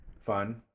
fun